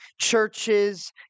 churches